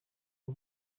w’u